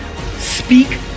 speak